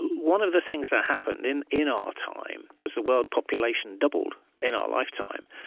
one of the things that happened in in our time was, the world population doubled in our lifetime.